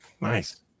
nice